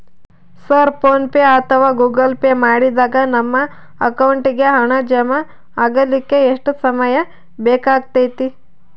Sir PhonePe ಅಥವಾ Google pay ಮಾಡಿದಾಗ ನಮ್ಮ ಅಕೌಂಟಿಗೆ ಹಣ ಜಮಾ ಆಗಲಿಕ್ಕೆ ಎಷ್ಟು ಸಮಯ ಬೇಕಾಗತೈತಿ?